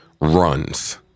runs